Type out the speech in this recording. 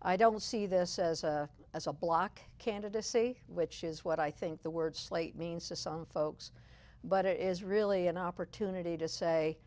i don't see this as a as a bloc candidacy which is what i think the word slate means to some folks but it is really an opportunity to say